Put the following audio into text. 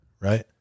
right